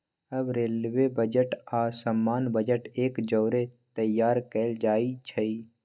अब railway budget आऽ सामान्य बजट एक जौरे तइयार कएल जाइ छइ